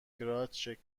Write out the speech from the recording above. شکل